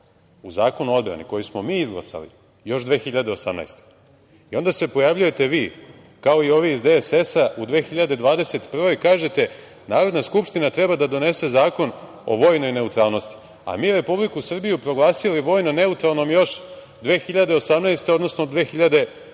u Zakonu o odbrani, koji smo mi izglasali, još 2018. godine i onda se pojavljujete vi, kao i ovi iz DSS-a, u 2021. godini i kažete – Narodna skupština treba da donese zakon o vojnoj neutralnosti, a mi Republiku Srbiju proglasili vojno neutralnom još 2018, odnosno 2019.